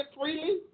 freely